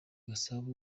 gasabo